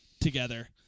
together